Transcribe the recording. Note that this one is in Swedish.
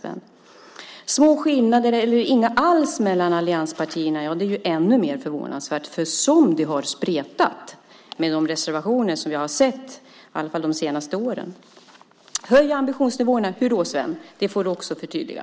Att det skulle vara små skillnader eller inga alls mellan allianspartierna är ju ännu mer förvånansvärt - som det har spretat med de reservationer som vi har sett, i alla fall de senaste åren. Höj ambitionsnivåerna! Hur, Sven? Det får du också förtydliga.